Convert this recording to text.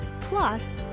Plus